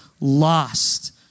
lost